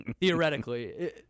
theoretically